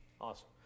awesome